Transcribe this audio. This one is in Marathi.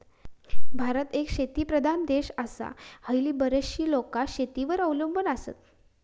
भारत एक शेतीप्रधान देश आसा, हयली बरीचशी लोकां शेतीवर अवलंबून आसत